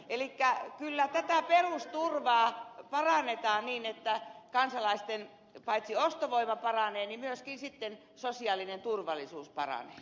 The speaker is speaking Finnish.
elikkä kyllä tätä perusturvaa parannetaan niin että paitsi kansalaisten ostovoima paranee myöskin sitten sosiaalinen turvallisuus paranee